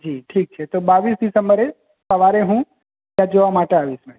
જી થીક છે તો બાવીસ ડિસેમ્બરે સવારે હું આ જોવા માટે આવીશ મેડમ